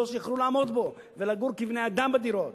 שיוכלו לעמוד בו ולגור כבני-אדם בדירות.